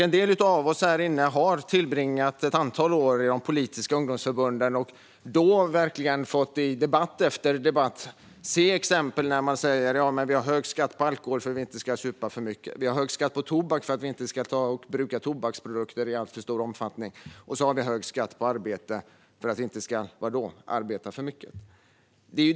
En del av oss här inne har tillbringat ett antal år i de politiska ungdomsförbunden och då verkligen i debatt efter debatt fått höra att man säger att vi har hög skatt på alkohol för att vi inte ska supa för mycket och hög skatt på tobak för att vi inte ska bruka tobaksprodukter i alltför stor omfattning - men har vi då hög skatt på arbete för att vi inte ska arbeta för mycket?